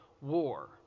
War